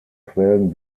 quellen